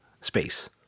space